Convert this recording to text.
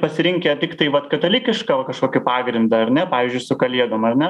pasirinkę tiktai vat katalikišką va kažkokį pagrindą ar ne pavyzdžiui su kalėdom ar ne